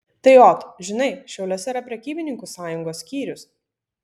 tai ot žinai šiauliuose yra prekybininkų sąjungos skyrius